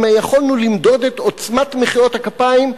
אם יכולנו למדוד את עוצמת מחיאות הכפיים,